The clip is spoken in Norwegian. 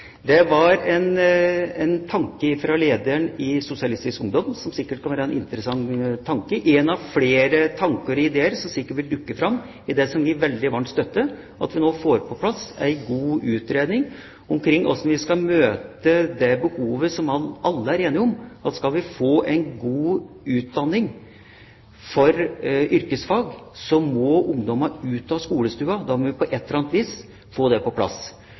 Det var en tanke fra lederen i Sosialistisk Ungdom – det kan sikkert være en interessant tanke. Det er en av flere tanker og ideer som sikkert vil dukke opp når det gjelder det vi veldig varmt støtter – at vi nå får på plass en god utredning om hvordan vi skal møte det behovet som alle er enige om: Skal vi få en god utdanning for yrkesfag, må ungdommene ut av skolestua. Da må vi på et eller annet vis få det på plass.